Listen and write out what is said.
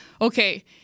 okay